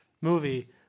movie